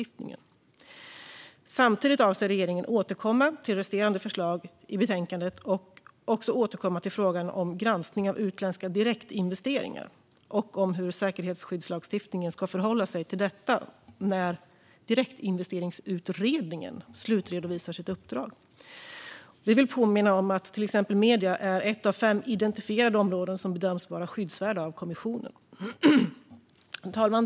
Regeringen avser samtidigt att återkomma med resterande förslag i betänkandet och också återkomma i fråga om granskningar av utländska direktinvesteringar och om hur säkerhetsskyddslagstiftningen ska förhålla sig till detta när Direktinvesteringsutredningen slutredovisar sitt uppdrag. Vi vill påminna om att till exempel medierna är ett av fem identifierade områden som av kommissionen bedöms vara skyddsvärda. Fru talman!